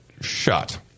shut